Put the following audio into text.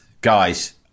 guys